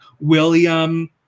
William